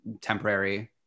temporary